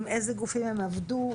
עם איזה גופים הם עבדו.